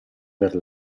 per